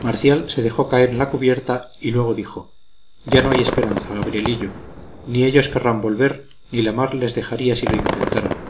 marcial se dejó caer en la cubierta y luego dijo ya no hay esperanza gabrielillo ni ellos querrán volver ni la mar les dejaría si lo intentaran